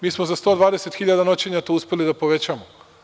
Mi smo za 120.000 noćenja to uspeli da povećamo.